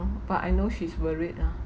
but I know she's worried lah